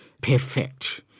perfect